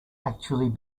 actually